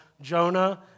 Jonah